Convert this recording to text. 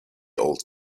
old